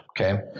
Okay